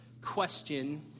question